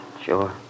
sure